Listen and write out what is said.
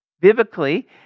biblically